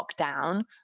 lockdown